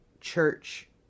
church